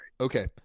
Okay